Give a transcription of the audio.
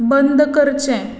बंद करचें